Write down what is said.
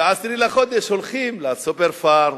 ב-10 בחודש הולכים ל"סופר-פארם",